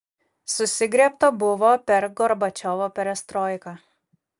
susigriebta buvo per gorbačiovo perestroiką